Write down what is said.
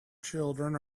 children